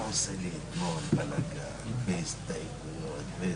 מיד נשמע מאבי,